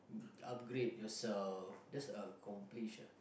upgrade yourself that's accomplish